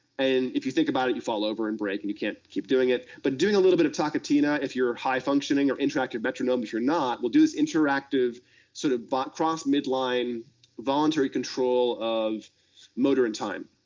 and if you think about it, you fall over and break and you canit keep doing it. but doing a little bit of taketina, if youire high-functioning or interactive metronome. if youire not, weill do this interactive sort of but cross-mid line voluntary control of motor and time.